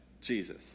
Jesus